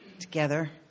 together